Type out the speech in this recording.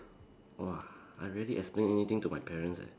!wah! I rarely explain anything to my parents eh